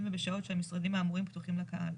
ובשעות שהמשרדים האמורים פתוחים לקהל.